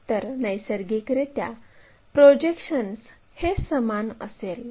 तर नैसर्गिकरित्या प्रोजेक्शन्स हे समान असेल